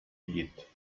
llit